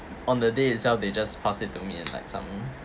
on the day itself they just passed it to me and like some